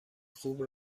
خوب